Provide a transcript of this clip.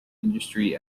industry